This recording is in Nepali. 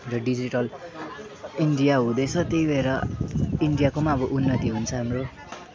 र डिजिटल इन्डिया हुँदैछ त्यही भएर इन्डियाको पनि अब उन्नति हुन्छ हाम्रो